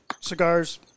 cigars